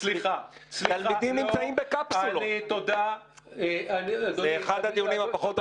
--- זה אחד הדיונים הפחות רציניים,